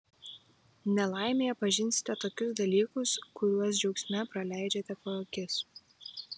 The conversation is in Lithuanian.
nelaimėje pažinsite tokius dalykus kuriuos džiaugsme praleidžiate pro akis